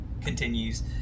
continues